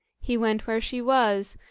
he went where she was,